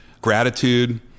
Gratitude